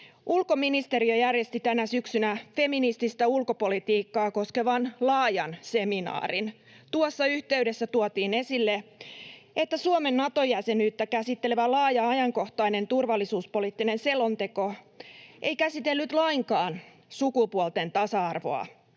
Ulkoministeriö järjesti tänä syksynä feminististä ulkopolitiikkaa koskevan laajan seminaarin. Tuossa yhteydessä tuotiin esille, että Suomen Nato-jäsenyyttä käsittelevä laaja ajankohtainen turvallisuuspoliittinen selonteko ei käsitellyt lainkaan sukupuolten tasa-arvoa,